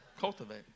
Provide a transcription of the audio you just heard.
Cultivate